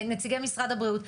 נציגי משרד הבריאות,